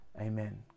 Amen